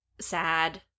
sad